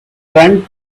turned